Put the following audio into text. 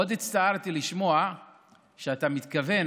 מאוד הצטערתי לשמוע שאתה מתכוון,